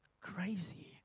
crazy